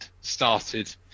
started